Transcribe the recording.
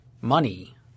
money